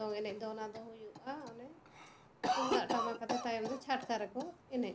ᱫᱚᱝ ᱮᱱᱮᱡ ᱫᱚ ᱚᱱᱟ ᱫᱚ ᱦᱩᱭᱩᱜᱼᱟ ᱚᱱᱮ ᱛᱩᱢᱫᱟᱜ ᱴᱟᱢᱟᱠ ᱟᱛᱮᱫ ᱛᱟᱭᱚᱢ ᱫᱚ ᱪᱷᱟᱴᱠᱟ ᱨᱮᱠᱚ ᱮᱱᱮᱡᱼᱟ